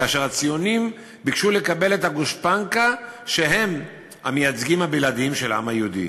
כשהציונים ביקשו לקבל את הגושפנקה שהם המייצגים הבלעדיים של העם היהודי.